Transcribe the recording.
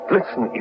Listen